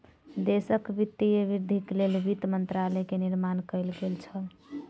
देशक वित्तीय वृद्धिक लेल वित्त मंत्रालय के निर्माण कएल गेल छल